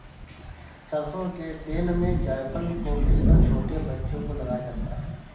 सरसों के तेल में जायफल को घिस कर छोटे बच्चों को लगाया जाता है